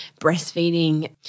breastfeeding